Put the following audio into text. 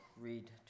read